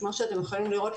כמו שאתם יכולים לראות,